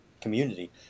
community